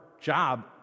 job